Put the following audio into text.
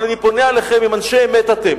אבל אני פונה אליכם, אם אנשי אמת אתם,